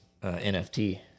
NFT